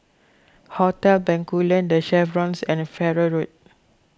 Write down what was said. Hotel Bencoolen the Chevrons and Farrer Road